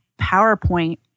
PowerPoint